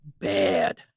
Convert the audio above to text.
bad